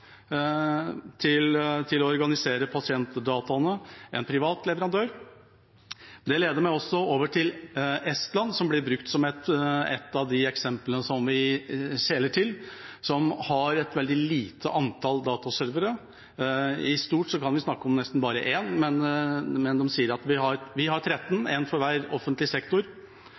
til å organisere pasientdataene. Det er en privat leverandør. Det leder meg også over til Estland, som blir brukt som et av de eksemplene vi skjeler til, og som har et veldig lite antall dataservere – i stort kan vi nesten snakke om bare en, men de sier at de har 13, en for hver offentlig sektor,